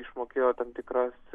išmokėjo tam tikras